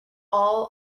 all